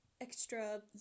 extra